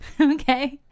Okay